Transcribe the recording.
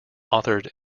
authored